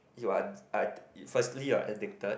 you are firstly you are addicted